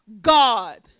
God